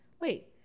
wait